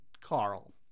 Carl